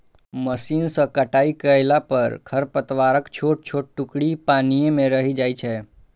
machine सं कटाइ कयला पर खरपतवारक छोट छोट टुकड़ी पानिये मे रहि जाइ छै